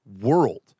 world